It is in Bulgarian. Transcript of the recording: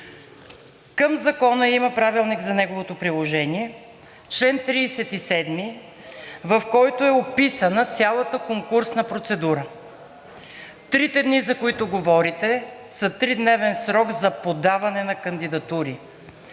Към Закона има Правилник за неговото приложение – чл. 37, в който е описана цялата конкурсна процедура. Трите дни, за които говорите, са тридневен срок за подаване на кандидатури,